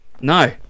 No